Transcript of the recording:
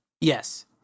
Yes